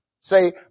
Say